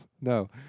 no